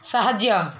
ସାହାଯ୍ୟ